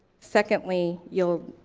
secondly, you'll